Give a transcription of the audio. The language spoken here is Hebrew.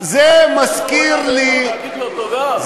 מה אנחנו צריכים, להגיד לו תודה?